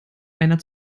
einer